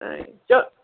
चो